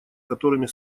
которыми